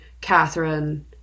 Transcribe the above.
Catherine